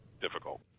difficult